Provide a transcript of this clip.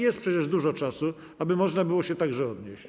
Jest przecież dużo czasu, aby można było się do tego odnieść.